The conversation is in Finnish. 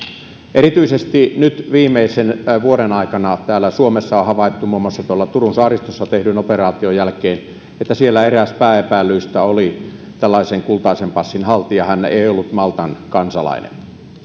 erityisesti nyt viimeisen vuoden aikana täällä suomessa on havaittu muun muassa tuolla turun saaristossa tehdyn operaation jälkeen että siellä eräs pääepäillyistä oli tällaisen kultaisen passin haltija hän ei ollut maltan kansalainen